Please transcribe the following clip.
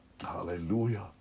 hallelujah